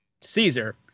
Caesar